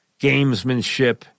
gamesmanship